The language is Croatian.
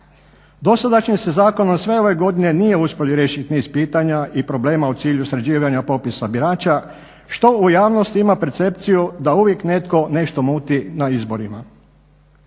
Dosadašnjim se zakonom sve ove godine nije uspjelo riješiti niz pitanja i problema u cilju sređivanja popisa birača što u javnosti ima percepciju da uvijek netko nešto muti na izborima.